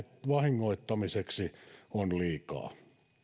vahingoittamiseksi on liikaa